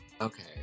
Okay